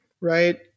right